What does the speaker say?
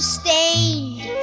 stained